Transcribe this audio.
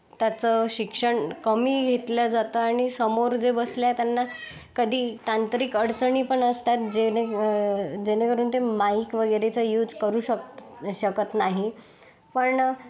त्याचं शिक्षण कमी घेतलं जातं आणि समोर जे बसले आहे त्यांना कधी तांत्रिक अडचणी पण असतात जेणे जेणेकरून ते माईक वगैरेचा युज करू शक शकत नाही पण